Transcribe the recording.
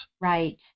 Right